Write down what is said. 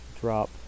drop